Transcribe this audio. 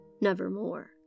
nevermore